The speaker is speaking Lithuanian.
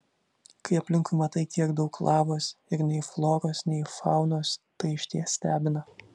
kai aplinkui matai kiek daug lavos ir nei floros nei faunos tai išties stebina